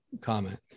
comment